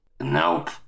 Nope